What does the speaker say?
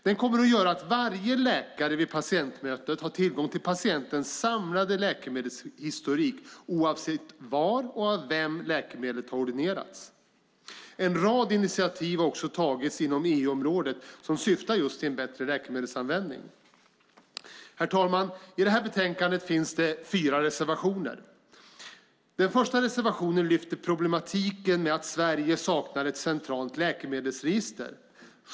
Den kommer att göra att varje läkare vid patientmötet har tillgång till patientens samlade läkemedelshistorik oavsett var och av vem läkemedlet har ordinerats. En rad initiativ har också tagits inom EU-området som syftar just till en bättre läkemedelsanvändning. Herr talman! I betänkandet finns fyra reservationer. Den första lyfter fram problematiken med att Sverige saknar ett centralt läkemedelsregister.